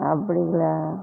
அப்படிங்களா